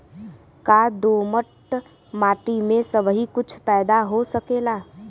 का दोमट माटी में सबही कुछ पैदा हो सकेला?